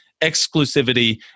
exclusivity